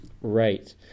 Right